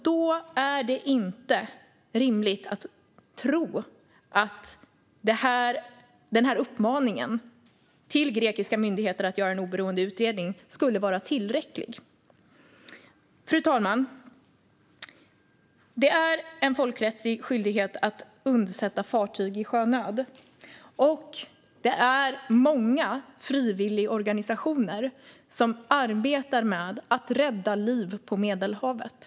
Då är det inte rimligt att tro att uppmaningen till grekiska myndigheter att göra en oberoende utredning skulle vara tillräcklig. Fru talman! Det är en folkrättslig skyldighet att undsätta fartyg i sjönöd, och det är många frivilligorganisationer som arbetar med att rädda liv på Medelhavet.